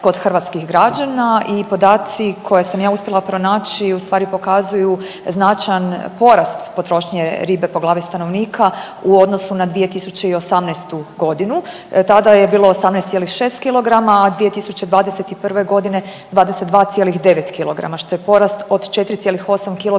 kod hrvatskih građana i podaci koje sam ja uspjela pronaći ustvari pokazuju značajan porast potrošnje ribe po glavi stanovnika u odnosu na 2018.g., tada je bilo 18,6 kg, a 2021.g. 22,9 kg, što je porast od 4,8 kg